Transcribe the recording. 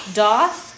doth